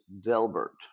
Delbert